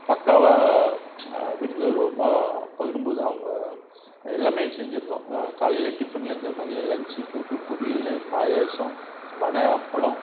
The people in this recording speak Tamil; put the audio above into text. பக்காவாக விருந்து ரொம்ப பகிரும்போது அவங்க எல்லாம் செஞ்சுருந்தோம் காலையில் டிஃபன்லேருந்து மதியம் லன்ச் கூட்டு பொரியல் பாயாசம் வடை அப்பளம்